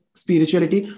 spirituality